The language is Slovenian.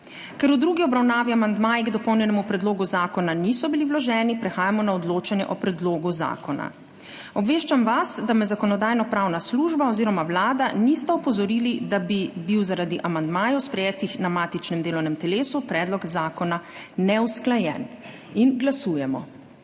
Ker v drugi obravnavi amandmaji k dopolnjenemu predlogu zakona niso bili vloženi, prehajamo na odločanje o predlogu zakona. Obveščam vas, da me Zakonodajno-pravna služba oziroma Vlada nista opozorili, da bi bil zaradi amandmajev, sprejetih na matičnem delovnem telesu, predlog zakona neusklajen. Glasujemo.